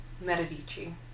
Medici